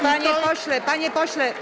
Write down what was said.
Panie pośle, panie pośle.